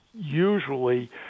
usually